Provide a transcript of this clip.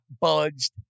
budged